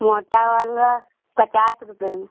मोटा वाला पचास रुपये में